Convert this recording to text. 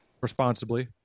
Responsibly